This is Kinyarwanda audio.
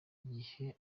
igihe